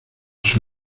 sus